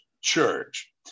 church